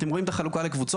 אתם רואים את החלוקה לקבוצות.